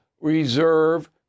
reserve